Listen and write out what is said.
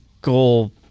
goal